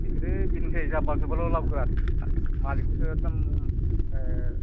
बिसोरो बेनोसै जाब्बा जुब्बाल' लाबोग्रा मालिकखौसो एकदम